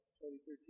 2013